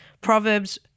Proverbs